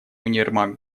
универмаг